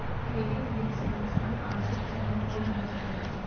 credit risk नोकसान आंशिक चाहे पूर्ण हो सकइ छै